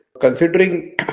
considering